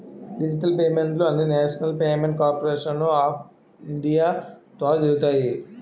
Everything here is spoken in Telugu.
డిజిటల్ పేమెంట్లు అన్నీనేషనల్ పేమెంట్ కార్పోరేషను ఆఫ్ ఇండియా ద్వారా జరుగుతాయి